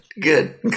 Good